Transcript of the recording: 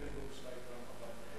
אני אקרא את הנאום שלך מחר בפרוטוקול.